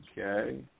Okay